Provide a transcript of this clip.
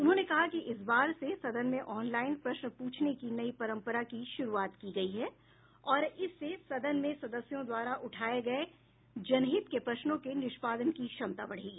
उन्होंने कहा कि इस बार से सदन में ऑनलाईन प्रश्न पूछने की नई परंपरा की शुरूआत की गयी है और इससे सदन में सदस्यों द्वारा उठाये गये जनहित के प्रश्नों के निष्पादन की क्षमता बढ़ेगी